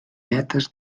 vetes